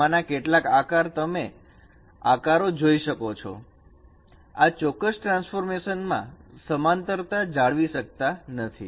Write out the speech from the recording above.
તેમાંના કેટલાક આકાર તમે આકારો જોઈ શકો છો તે આ ચોક્કસ ટ્રાન્સફોર્મેશન માં સમાંતરતા જાળવી શકતા નથી